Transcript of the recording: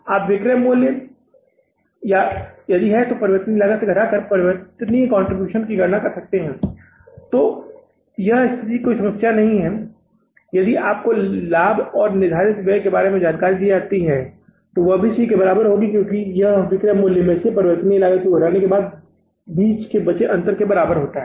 आप विक्रय मूल्य या यदि है से परिवर्तनीय लागत को घटाकर परिवर्तनीय कंट्रीब्यूशन की गणना कर सकते हैं तो यह स्थिति कोई समस्या नहीं है और यदि आपको लाभ और निर्धारित व्यय के बारे में जानकारी दी जाती है तो वह भी C के बराबर होगी क्योंकि यह विक्रय मूल्य में से परिवर्तनीय लागत को घटाने के बाद बचे अंतर के बराबर है